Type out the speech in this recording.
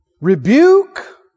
rebuke